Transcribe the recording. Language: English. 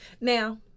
Now